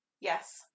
Yes